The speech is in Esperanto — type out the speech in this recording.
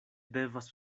devas